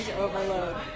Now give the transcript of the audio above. overload